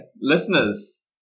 Listeners